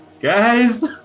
Guys